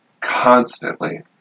constantly